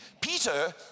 Peter